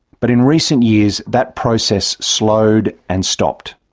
but in recent years that process slowed and stopped.